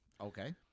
Okay